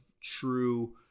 True